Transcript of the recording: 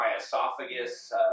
esophagus